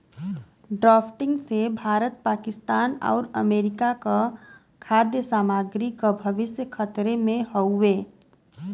drafting से भारत पाकिस्तान आउर America क खाद्य सामग्री क भविष्य खतरे में हउवे